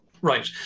Right